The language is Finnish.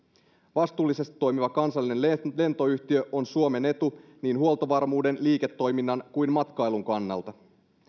vastuullisesti toimiva kansallinen lentoyhtiö on suomen etu niin huoltovarmuuden liiketoiminnan kuin matkailun kannalta